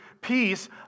peace